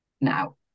now